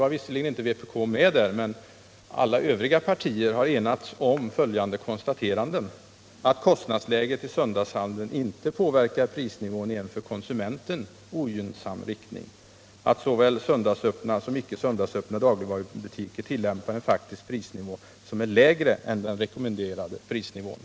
Vpk var visserligen inte med i den utredningen, men alla övriga partier har enats om att kostnadsläget i söndagshandeln inte påverkar prisnivån i en för konsumenten ogynnsam riktning och att såväl söndagsöppna som icke söndagsöppna dagligvarubutiker tillämpar en faktisk prisnivå som är lägre än den rekommenderade prisnivån.